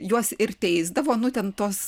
juos ir teisdavo nu ten tos